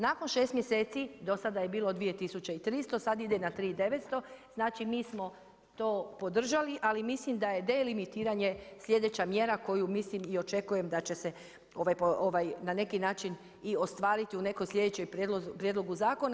Nakon 6 mjeseci do sada je bilo 2300 sad ide na 3900, znači mi smo to podržali ali mislim da je delimitiranje slijedeća mjera koju mislim i očekujem da će se ovaj, na neki način i ostvariti u neko slijedećem prijedlogu zakona.